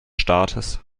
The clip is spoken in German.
staates